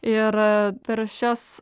ir per šias